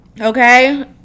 Okay